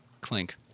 Clink